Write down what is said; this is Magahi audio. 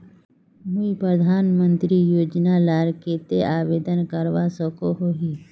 मुई प्रधानमंत्री योजना लार केते आवेदन करवा सकोहो ही?